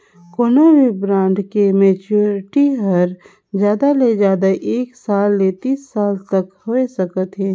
कोनो भी ब्रांड के मैच्योरिटी हर जादा ले जादा एक साल ले तीस साल तक होए सकत हे